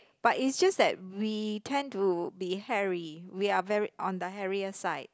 but it's just that we tend to be hairy we are very on the hairier side